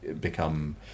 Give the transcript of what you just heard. become